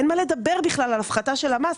אין מה לדבר בכלל על הפחתה של המס,